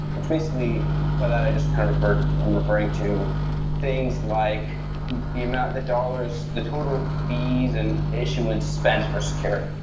which basically by that i just kind of refer i'm referring to things like the amount of the dollars, the total fees and issuance spent for security,